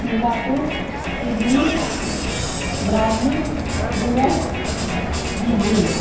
Singapore Sydney Brazil Dubai Beijing